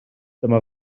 dyma